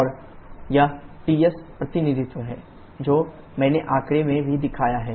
और यह Ts प्रतिनिधित्व है जो मैंने आंकड़े में भी दिखाया है